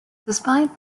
despite